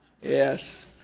Yes